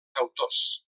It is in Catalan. autors